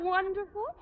Wonderful